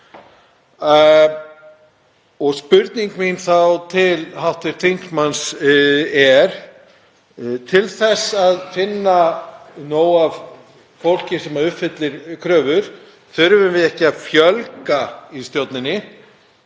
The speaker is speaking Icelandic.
Spurning mín til hv. þingmanns er: Til þess að finna nóg af fólki sem uppfyllir kröfur þurfum við ekki að fjölga í stjórninni?